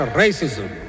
racism